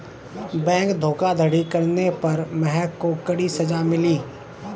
bank धोखाधड़ी करने पर महक को कड़ी सजा मिली